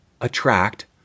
attract